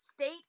state